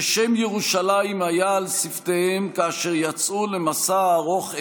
ששם ירושלים היה על שפתיהם כאשר יצאו למסע הארוך אליה,